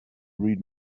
read